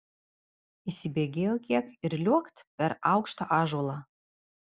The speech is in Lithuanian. įsibėgėjo kiek ir liuokt per aukštą ąžuolą